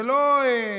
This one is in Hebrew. זה לא פינוק.